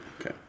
okay